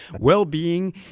well-being